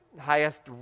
highest